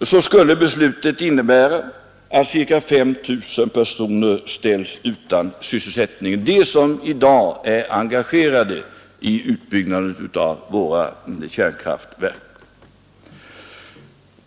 så skulle detta beslut innebära att ca 5 000 personer ställs utan sysselsättning, de som i dag är engagerade i utbyggnaden av våra kärnkraftverk.